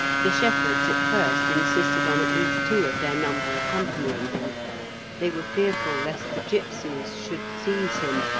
the shepherds at first insisted on at least two of their number accompanying him they were fearful lest the gipsies should seize him,